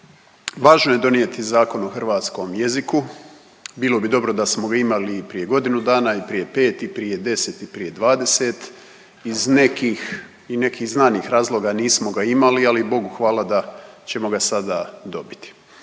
Važno je donijeti Zakon o hrvatskom jeziku, bilo bi dobro da smo ga imali i prije godinu dana i prije pet i prije 10 i prije 20 iz nekih i nekih znanih razloga nismo ga imali, ali Bogu hvala da ćemo ga sada dobiti.